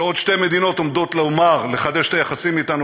שעוד שתי מדינות עומדות לחדש את היחסים אתנו,